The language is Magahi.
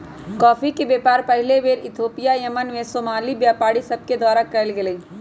कॉफी के व्यापार पहिल बेर इथोपिया से यमन में सोमाली व्यापारि सभके द्वारा कयल गेलइ